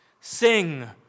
Sing